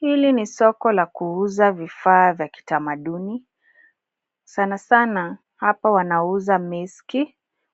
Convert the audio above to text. Hili ni soko la kuuza vifaa vya kitamaduni sanasana hapa wanauza mask